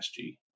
sg